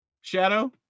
Shadow